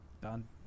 done